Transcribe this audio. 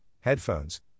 headphones